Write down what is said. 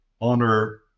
honor